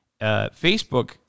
Facebook